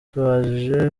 tumubajije